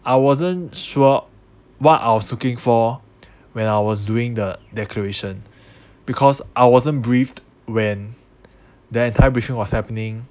I wasn't sure what I was looking for when I was doing the declaration because I wasn't briefed when the entire briefing was happening